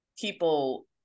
People